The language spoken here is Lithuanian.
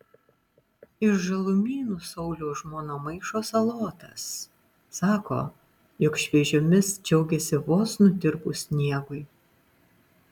iš žalumynų sauliaus žmona maišo salotas sako jog šviežiomis džiaugiasi vos nutirpus sniegui